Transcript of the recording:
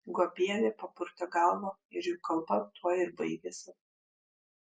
guobienė papurtė galvą ir jų kalba tuo ir baigėsi